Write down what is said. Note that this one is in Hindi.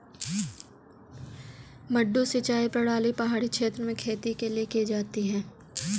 मडडू सिंचाई प्रणाली पहाड़ी क्षेत्र में खेती के लिए की जाती है